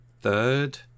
third